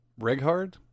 Reghard